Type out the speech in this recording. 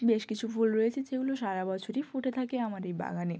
বেশ কিছু ফুল রয়েছে যেগুলো সারা বছরই ফুটে থাকে আমার এই বাগানে